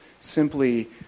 simply